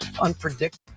unpredictable